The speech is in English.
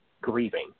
grieving